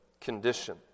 condition